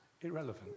irrelevant